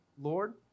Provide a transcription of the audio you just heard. Lord